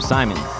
Simon